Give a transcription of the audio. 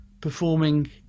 performing